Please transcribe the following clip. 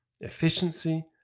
efficiency